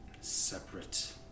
separate